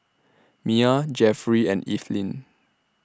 Mia Jeffrey and Ethyle